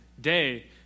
day